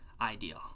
ideal